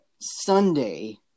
Sunday